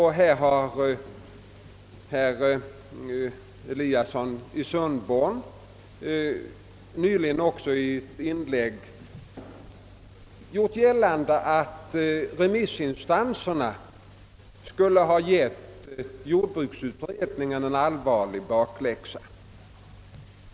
Och här har herr Eliasson i Sundborn nyss, också i ett inlägg, gjort gällande att remissinstanserna skulle ha gett jordbruksutredningen en allvarlig bakläxa.